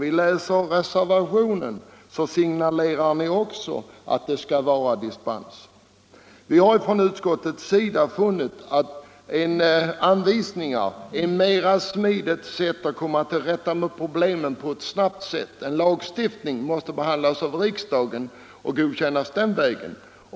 I er reservation signalerar ni också att det skall ges dispenser. Utskottet har funnit att anvisningar är ett mera smidigt sätt att snabbt komma till rätta med problemen. En lagstiftning, som ni har yrkat på, måste behandlas av riksdagen och godkännas den vägen.